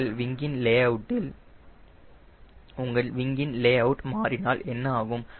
உங்கள் விங்கின் layout மாறினால் என்ன ஆகும்